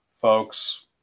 folks